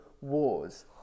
Wars